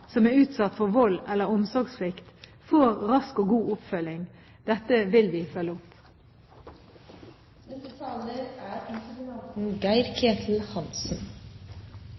som er utsatt for vold eller omsorgssvikt, får rask og god oppfølging. Dette vil vi følge opp. Jeg takker for svaret, og jeg må også si at jeg er